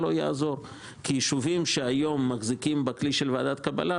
לא יעזור כי יישובים שמחזיקים היום בכלי של ועדת קבלה,